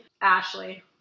Ashley